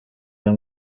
aya